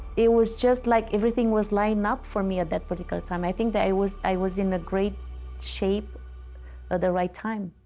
it was just like everything was lining up for me at that particular time. i think that i was i was in a great shape at ah the right time.